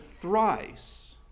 thrice